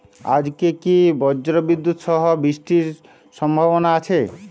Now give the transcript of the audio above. আজকে কি ব্রর্জবিদুৎ সহ বৃষ্টির সম্ভাবনা আছে?